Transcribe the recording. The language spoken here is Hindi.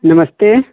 नमस्ते